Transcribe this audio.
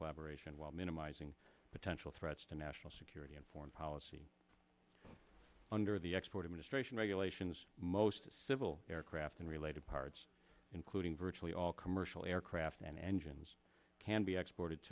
collaboration while minimizing potential threats to national security and foreign policy under the export administration regulations most civil aircraft and related parts including virtually all commercial aircraft and engines can be exported